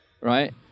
right